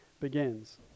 begins